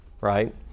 right